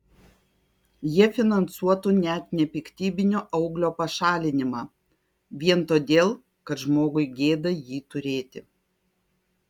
jie finansuotų net nepiktybinio auglio pašalinimą vien todėl kad žmogui gėda jį turėti